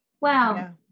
Wow